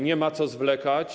Nie ma co zwlekać.